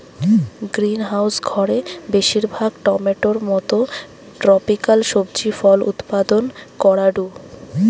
greenhouse ঘরে বেশিরভাগ টমেটোর মতো ট্রপিকাল সবজি ফল উৎপাদন করাঢু